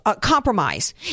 compromise